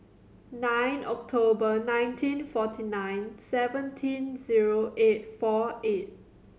nine October nineteen forty nine seventeen zero eight four eight